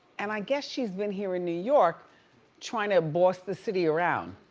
and i guess she's been here in new york trying to boss the city around.